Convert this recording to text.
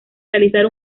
realizar